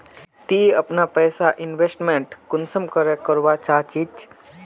ती अपना पैसा इन्वेस्टमेंट कुंसम करे करवा चाँ चची?